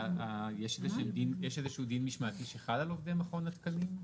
יש איזשהו דין משמעתי שחל על עובדי מכון התקנים?